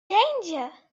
danger